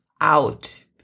out